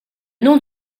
nom